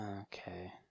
Okay